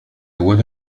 would